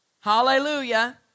Hallelujah